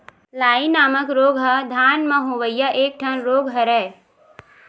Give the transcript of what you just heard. लाई नामक रोग ह धान म होवइया एक ठन रोग हरय